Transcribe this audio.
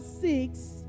six